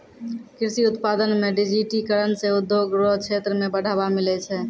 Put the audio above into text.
कृषि उत्पादन मे डिजिटिकरण से उद्योग रो क्षेत्र मे बढ़ावा मिलै छै